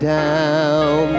down